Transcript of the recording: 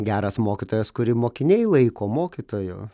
geras mokytojas kurį mokiniai laiko mokytoju